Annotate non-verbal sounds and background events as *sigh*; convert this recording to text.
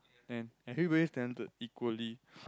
and everybody is talented equally *noise*